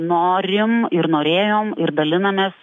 norim ir norėjom ir dalinamės